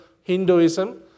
Hinduism